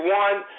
one